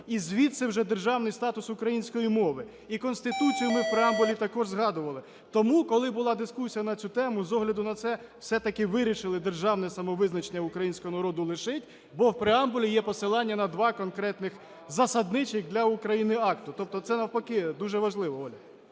І звідси вже державний статус української мови. І Конституцію ми в преамбулі також згадували. Тому, коли була дискусія на цю тему, з огляду на це все-таки вирішили державне самовизначення українського народу лишити, бо в преамбулі є посилання на два конкретних засадничих для України акти. Тобто це навпаки дуже важливо, Оля.